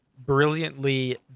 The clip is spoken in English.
brilliantly